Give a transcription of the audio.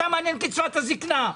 אותם מעניינת קצבת הזקנה.